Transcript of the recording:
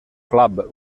club